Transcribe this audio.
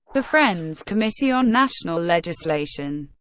the friends committee on national legislation.